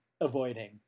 avoiding